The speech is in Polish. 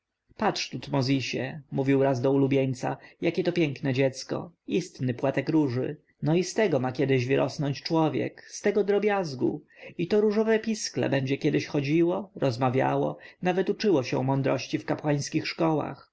patrz tutmozisie mówił raz do ulubieńca jakie to piękne dziecko istny płatek róży no i z tego ma kiedyś wyrosnąć człowiek z tego drobiazgu i to różowe pisklę będzie kiedyś chodziło rozmawiało nawet uczyło się mądrości w kapłańskich szkołach